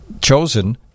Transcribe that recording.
chosen